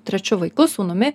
trečiu vaiku sūnumi